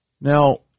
Now